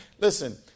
listen